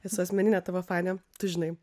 esu asmeninė tavo fanė tu žinai